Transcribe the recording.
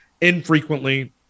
infrequently –